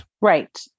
Right